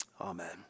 Amen